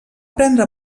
prendre